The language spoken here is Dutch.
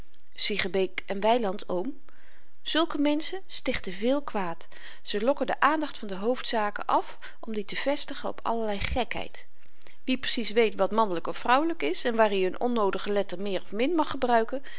siegenbeek en weiland oom zulke menschen stichten veel kwaad ze lokken de aandacht van de hoofdzaken af om die te vestigen op allerlei gekheid wie precies weet wat mannelyk of vrouwelyk is en waar i n onnoodige letter meer of min mag gebruiken